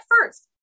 first